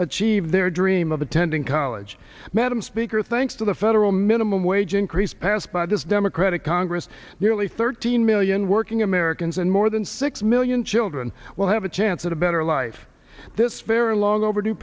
achieve their dream of attending college madam speaker thanks to the federal minimum wage increase passed by this democratic congress nearly thirteen million working americans and more than six million children will have a chance at a better life this very long overdue